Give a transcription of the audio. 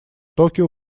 токио